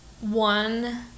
one